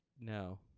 No